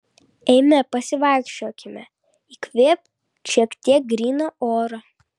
eime pasivaikščiokime įkvėpk šiek tiek gryno oro